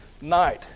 night